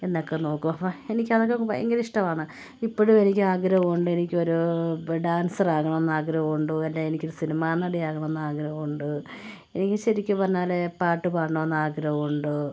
എന്നൊക്കെ നോക്കും അപ്പോൾ എനിക്ക് അതൊക്കെ ഭയങ്കര ഇഷ്ടമാണ് ഇപ്പോഴും എനിക്ക് ആഗ്രഹമുണ്ട് എനിക്കൊരൂ ഇപ്പോൾ ഡാൻസറാകണം എന്ന് ആഗ്രഹമുണ്ട് അല്ലെങ്കിൽ എനിക്കൊരു സിനിമാനടി ആകണമെന്ന് ആഗ്രഹമുണ്ട് എനിക്ക് ശരിക്ക് പറഞ്ഞാൽ പാട്ട് പാടണമെന്ന് ആഗ്രഹമുണ്ട്